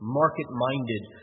market-minded